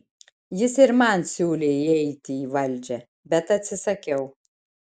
jis ir man siūlė įeiti į valdžią bet atsisakiau